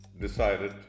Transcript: decided